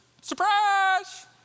surprise